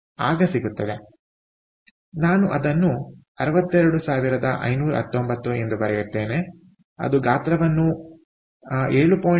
ಆದ್ದರಿಂದ ನಾನು ಅದನ್ನು 62519 ಎಂದು ಬರೆಯುತ್ತೇನೆ ಅದು ಗಾತ್ರವನ್ನು 7